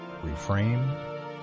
reframe